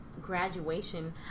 Graduation